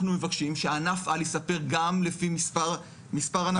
אנחנו מבקשים שענף-על יספר גם לפי מספר הנשים.